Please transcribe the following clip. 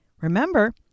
Remember